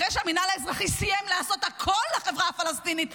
אחרי שהמינהל האזרחי סיים לעשות הכול לחברה הפלסטינית,